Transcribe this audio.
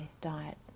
diet